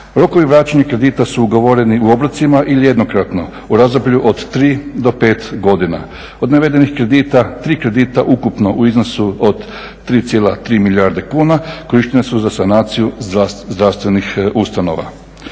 Rokovi vraćanja kredita su ugovoreni u obrocima ili jednokratno u razdoblju od 3 do 5 godina. Od navedenih kredita 3 kredita ukupno u iznosu od 3,3 milijarde kuna korištena su za sanaciju zdravstvenih ustanova.